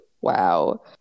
Wow